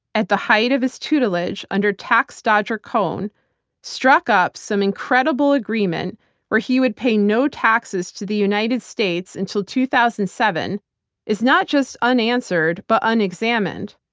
at the height of his tutelage under tax-dodger, cohn struck up some incredible agreement where he would pay no taxes to the united states until two thousand and seven is not just unanswered, but unexamined.